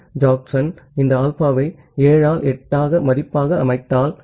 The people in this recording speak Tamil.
பி ஜேக்கப்சன் இந்த ஆல்பாவை 7 ஆல் 8 மதிப்பாக அமைத்தால்